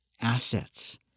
assets